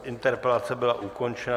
Interpelace byla ukončena.